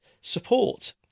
support